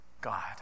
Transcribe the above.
God